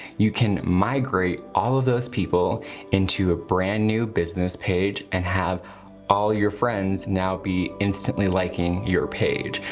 you can migrate all of those people into a brand new business page and have all your friends now be instantly liking your page.